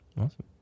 Awesome